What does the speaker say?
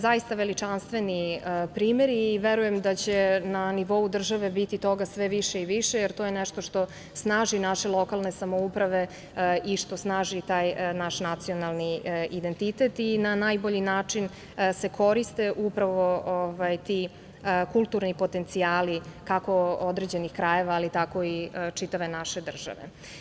Zaista veličanstveni primeri i verujem da će na nivou države biti toga sve više i više, jer to je nešto što snaži naše lokalne samouprave i što snaži taj naš nacionalni identitet i na najbolji način se koriste upravo ti kulturni potencijali kako određenih krajeva, tako i čitave naše države.